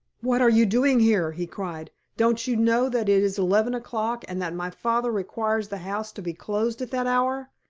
what are you doing here? he cried. don't you know that it is eleven o'clock and that my father requires the house to be closed at that hour?